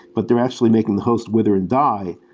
but they're actually making the host wither and die.